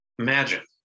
Imagine